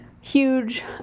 huge